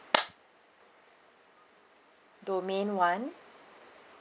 domain one